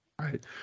Right